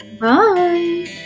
Bye